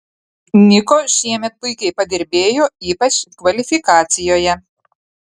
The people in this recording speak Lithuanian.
niko šiemet puikiai padirbėjo ypač kvalifikacijoje